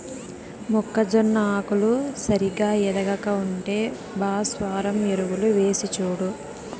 మొక్కజొన్న ఆకులు సరిగా ఎదగక ఉంటే భాస్వరం ఎరువులు వేసిచూడు